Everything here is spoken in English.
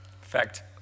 fact